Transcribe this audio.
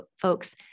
folks